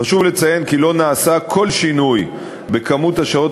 חשוב לציין כי לא נעשה כל שינוי במספר השעות